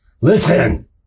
Listen